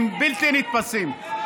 הם בלתי נתפסים.